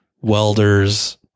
welders